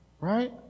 Right